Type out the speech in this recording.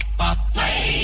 play